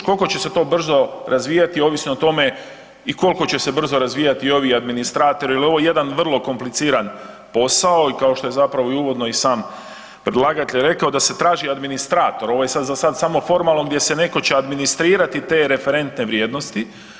Koliko će se to brzo razvijati, ovisno je o tome i koliko će se brzo razvijati i ovi administratori, jer je ovo jedan vrlo kompliciran posao i kao što je zapravo i uvodno i sam predlagatelj rekao, da se traži administrator, ovo je sad zasad samo formalno gdje neko će administrirati te referentne vrijednosti.